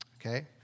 okay